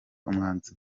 umwanzuro